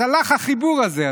אז הלך החיבור הזה.